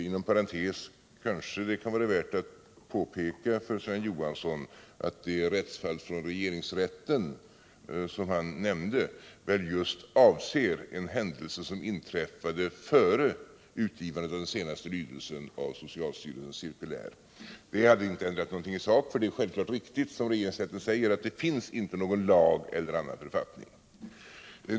Inom parentes kanske det kan vara värt att påpeka för Sven Johansson att det rättsfall från regeringsrätten som han nämnde väl just avser en händelse som inträffade före utgivandet av den senaste lydelsen av socialstyrelsens cirkulär. Men det ändrar inte någonting i sak, för det är självklart som regeringsrätten säger att det finns inte någon lag eller annan författning.